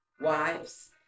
Wives